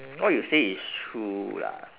mm what you say is true lah